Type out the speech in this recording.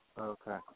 okay